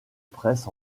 presse